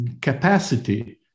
capacity